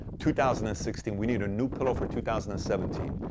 two thousand and sixteen. we need a new pillow for two thousand and seventeen.